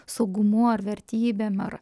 saugumu ar vertybėm ar